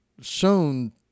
shown